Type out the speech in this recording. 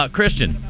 Christian